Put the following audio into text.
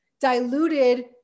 diluted